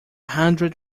hundred